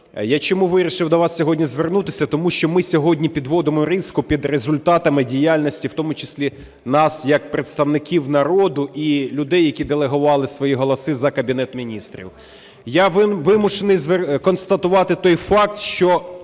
Я чому вирішив до вас сьогодні звернутися? Тому що ми сьогодні підводимо риску під результатами діяльності в тому числі нас як представників народу і людей, які делегували свої голоси за Кабінет Міністрів. Я вимушений констатувати той факт, що,